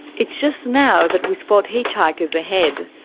it's just now that we spot hitchhikers ahead.